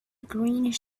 greenish